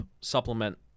supplement